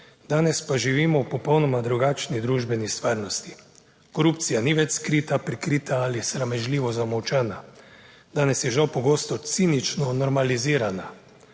danes pa živimo v popolnoma drugačni družbeni stvarnosti. Korupcija ni več skrita, prikrita ali sramežljivo zamolčana, danes je žal pogosto cinično normalizirana.